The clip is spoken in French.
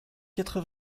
quatre